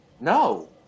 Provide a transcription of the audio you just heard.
No